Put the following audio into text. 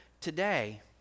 today